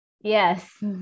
Yes